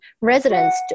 residents